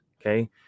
okay